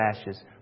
ashes